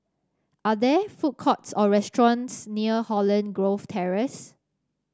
are there food courts or restaurants near Holland Grove Terrace